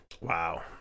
wow